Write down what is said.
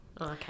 Okay